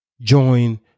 join